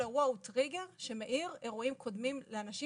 כל אירוע הוא טריגר שמעיר אירועים קודמים לאנשים